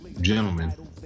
gentlemen